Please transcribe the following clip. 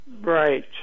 Right